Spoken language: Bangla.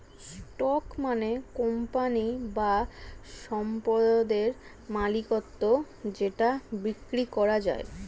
স্টক মানে কোম্পানি বা সম্পদের মালিকত্ব যেটা বিক্রি করা যায়